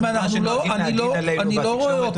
להיפך ממה שנוהגים להגיד עלינו בתקשורת.